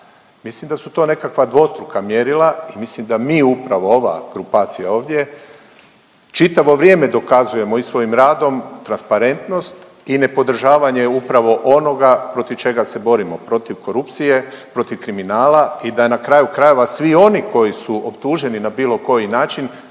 Mislim da su to nekakva dvostruka mjerila i mislim da mi upravo, ova grupacija ovdje čitavo vrijeme dokazujemo i svojim radom, transparentnost i nepodržavanje upravo onoga protiv čega se borimo, protiv korupcije, protiv kriminala i da na kraju krajeva, svi oni koji su optuženi na bilo koji način,